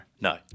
No